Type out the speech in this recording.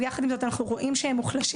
אבל יחד עם זאת אנחנו רואים שהם מוחלשים